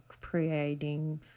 creating